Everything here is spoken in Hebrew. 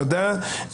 תודה.